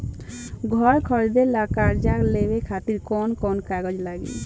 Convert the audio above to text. घर खरीदे ला कर्जा लेवे खातिर कौन कौन कागज लागी?